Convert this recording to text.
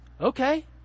okay